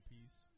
Piece